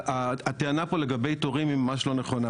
הטענה פה לגבי תורים היא ממש לא נכונה.